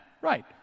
right